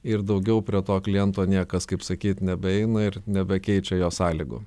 ir daugiau prie to kliento niekas kaip sakyt nebeina ir nebekeičia jo sąlygų